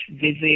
visit